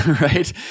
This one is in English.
right